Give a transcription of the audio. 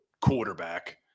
quarterback